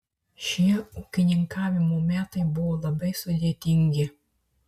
šie ūkininkavimo metai buvo labai sudėtingi